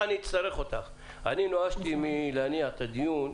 נואשתי מלהניע את הדיון,